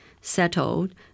settled